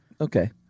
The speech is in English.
Okay